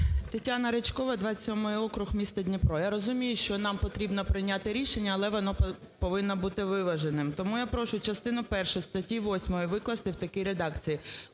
ТетянаРичкова, 27 округ, місто Дніпро. Я розумію, що нам потрібно прийняти рішення, але воно повинно бути виваженим. Тому я прошу частину першу статті 8 викласти в такій редакції: